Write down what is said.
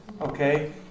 okay